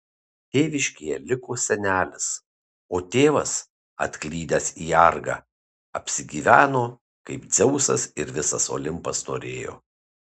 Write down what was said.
tėviškėje liko senelis o tėvas atklydęs į argą apsigyveno kaip dzeusas ir visas olimpas norėjo